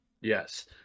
Yes